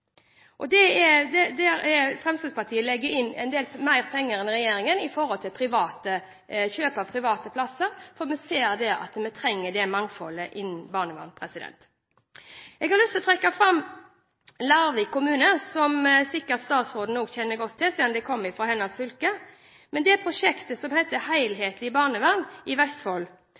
både fosterhjem og institusjoner. Der er det Fremskrittspartiet legger inn en god del mer penger enn regjeringen gjør til kjøp av private plasser, for vi ser at vi trenger det mangfoldet innen barnevernet. Jeg har lyst til å trekke fram Larvik kommune med «Prosjekt Helhetlig Barnevern i Vestfold» – som sikkert statsråden også kjenner godt til, siden det kommer fra hennes fylke. Det prosjektet i